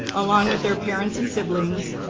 along with their parents and siblings,